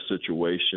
situation